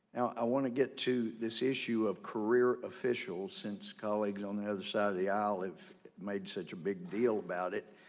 now i want to get to this issue of career officials since colleagues on the other side of the aisle, have made such a big deal about it,